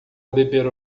beber